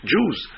Jews